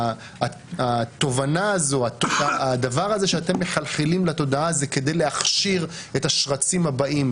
הדבר הזה שאתם מחלחלים לתודעה זה כדי להכשיר את השרצים הבאים,